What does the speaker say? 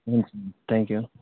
हुन्छ thank you